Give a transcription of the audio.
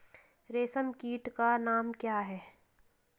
रेशम कीट का नाम क्या है?